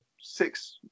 six